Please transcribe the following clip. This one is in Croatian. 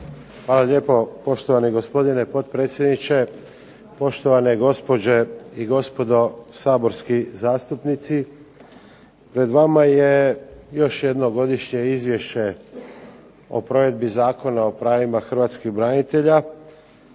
Hvala lijepo poštovani gospodine potpredsjedniče, poštovane gospođe i gospodo saborski zastupnici. Pred vama je još jedno Godišnje izvješće o provedbi Zakona o pravima Hrvatskih branitelja